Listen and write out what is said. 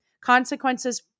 Consequences